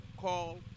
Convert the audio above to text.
call